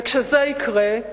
וכשזה יקרה,